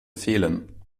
fehlen